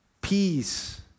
peace